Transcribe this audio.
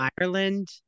Ireland